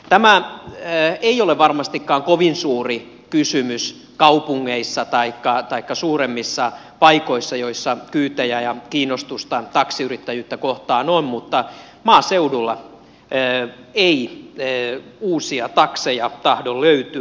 tämä ei ole varmastikaan kovin suuri kysymys kaupungeissa taikka suuremmissa paikoissa joissa kyytejä ja kiinnostusta taksiyrittäjyyttä kohtaan on mutta maaseudulla ei uusia takseja tahdo löytyä